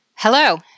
Hello